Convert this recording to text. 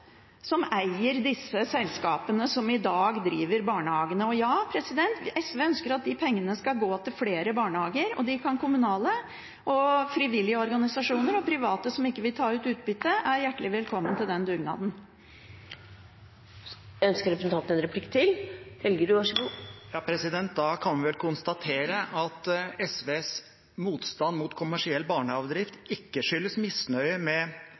som eier disse selskapene som i dag driver barnehagene. Og ja, SV ønsker at de pengene skal gå til flere barnehager, og de kommunale, frivillige organisasjoner og private som ikke vil ta ut utbytte, er hjertelig velkomne til den dugnaden. Da kan vi vel konstatere at SVs motstand mot kommersiell barnehagedrift ikke skyldes misnøye med